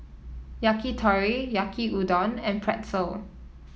Yakitori Yaki Udon and Pretzel